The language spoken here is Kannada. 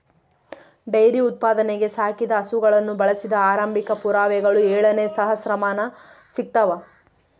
ಡೈರಿ ಉತ್ಪಾದನೆಗೆ ಸಾಕಿದ ಹಸುಗಳನ್ನು ಬಳಸಿದ ಆರಂಭಿಕ ಪುರಾವೆಗಳು ಏಳನೇ ಸಹಸ್ರಮಾನ ಸಿಗ್ತವ